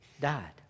died